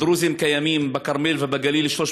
הדרוזים קיימים בכרמל ובגליל 360 שנה,